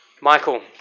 Michael